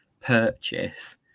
purchase